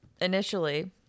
initially